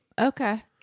Okay